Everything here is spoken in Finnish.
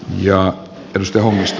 ja pirstomista